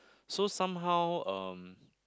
so somehow um